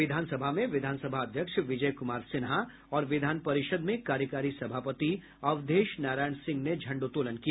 विधानसभा में विधानसभा अध्यक्ष विजय कुमार सिन्हा और विधानपरिषद में कार्यकारी सभापति अवधेश नारायण सिह ने झंडोत्तोलन किया